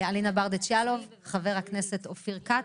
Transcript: אלינה ברדץ' יאלוב ואופיר כץ.